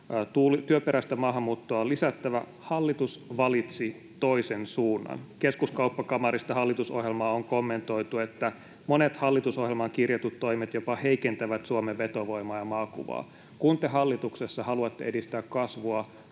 työperäistä maahanmuuttoa on lisättävä. Hallitus valitsi toisen suunnan. Keskuskauppakamarista hallitusohjelmaa on kommentoitu niin, että monet hallitusohjelmaan kirjatut toimet jopa heikentävät Suomen vetovoimaa ja maakuvaa. Kun te hallituksessa haluatte edistää kasvua,